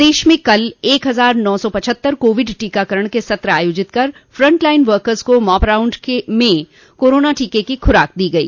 प्रदेश में कल एक हजार नौ सौ पचहत्तर कोविड टीकाकरण के सत्र आयोजित कर फ्रंट लाइन वकस को मॉपराउंड में कोरोना टीका की खुराक दी गई